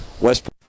West